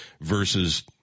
versus